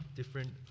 different